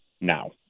now